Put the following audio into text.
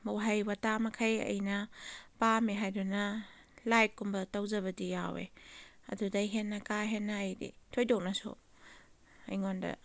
ꯋꯥꯍꯩ ꯋꯥꯇꯥ ꯃꯈꯩ ꯑꯩꯅ ꯄꯥꯝꯃꯦ ꯍꯥꯏꯗꯨꯅ ꯂꯥꯏꯛ ꯀꯨꯝꯕ ꯇꯧꯖꯕꯗꯤ ꯌꯥꯎꯏ ꯑꯗꯨꯗꯩ ꯍꯦꯟꯅ ꯀꯥ ꯍꯦꯟꯅ ꯑꯩꯗꯤ ꯊꯣꯏꯗꯣꯛꯅꯁꯨ ꯑꯩꯉꯣꯟꯗ